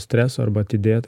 streso arba atidėt